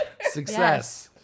Success